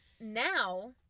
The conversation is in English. now